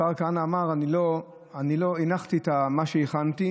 השר כהנא אמר: הנחתי את מה שהכנתי,